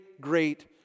great